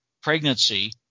pregnancy